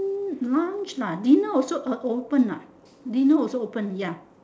lunch lah dinner also open ah dinner also open ya